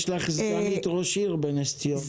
יש לך סגנית ראש עיר בנס ציונה.